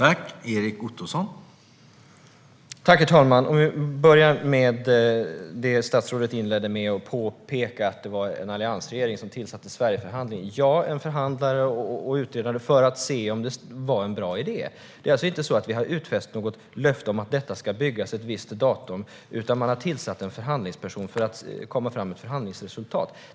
Herr talman! Jag vill börja med det statsrådet inledde med att påpeka: att det var en alliansregering som tillsatte Sverigeförhandlingen. Ja, en förhandlare och utredare tillsattes för att se om det var en bra idé. Vi har alltså inte gett något löfte om att detta ska byggas ett visst datum, utan man har tillsatt en förhandlingsperson för att komma fram till ett förhandlingsresultat.